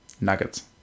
Nuggets